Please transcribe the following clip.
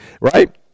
right